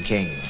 King